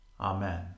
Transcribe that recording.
Amen